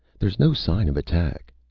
there's no sign of attack.